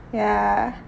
ya